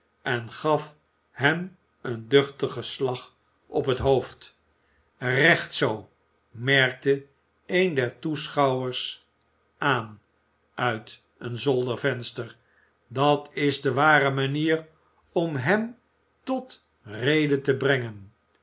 en gaf hem een duchtigen slag op het hoofd recht zoo merkte een der toeschouwers aan uit een zoldervenster dat is de ware manier om hem tot rede te brengen